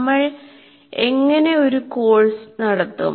നമ്മൾ എങ്ങനെ ഒരു കോഴ്സ് നടത്തും